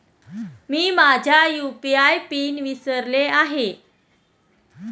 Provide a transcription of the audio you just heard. मी माझा UPI PIN विसरले आहे